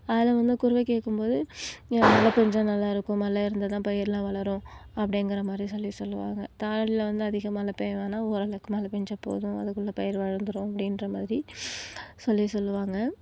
அதில் வந்து குருவை கேட்கும்போது மழை பெஞ்சா நல்லாயிருக்கும் மழை இருந்தால் தான் பயிரெலாம் வளரும் அப்படிங்கிற மாதிரி சொல்லி சொல்லுவாங்க தாழையில் வந்து அதிகம் மழை பெய்ய வேணாம் ஓரளவுக்கு மழை பேஞ்சா போதும் அதுக்குள்ளே பயிர் வளர்ந்துரும் அப்படின்ற மாதிரி சொல்லி சொல்லுவாங்க